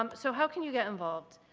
um so how can you get involved?